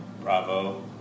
Bravo